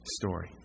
story